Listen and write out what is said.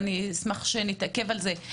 אני אשמח שנתעכב על זה.